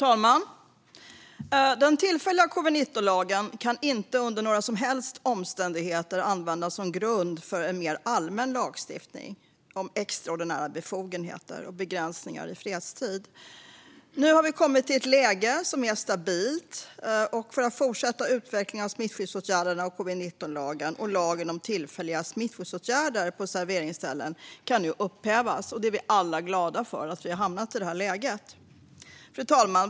Fru talman! Den tillfälliga covid-19-lagen kan inte under några som helst omständigheter användas som grund för en mer allmän lagstiftning om extraordinära befogenheter och begränsningar vid kriser i fredstid. Nu har vi kommit till ett läge som är stabilt nog för att fortsätta avvecklingen av smittskyddsåtgärderna, och covid-19-lagen och lagen om tillfälliga smittskyddsåtgärder på serveringsställen kan nu upphävas. Vi är alla glada för att vi har hamnat i det läget. Fru talman!